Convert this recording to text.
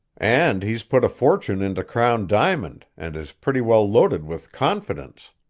and he's put a fortune into crown diamond, and is pretty well loaded with confidence.